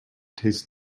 tastes